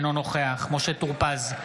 אינו נוכח משה טור פז,